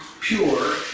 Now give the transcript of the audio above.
pure